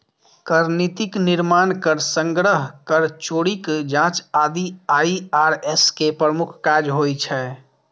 कर नीतिक निर्माण, कर संग्रह, कर चोरीक जांच आदि आई.आर.एस के प्रमुख काज होइ छै